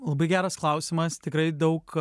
labai geras klausimas tikrai daug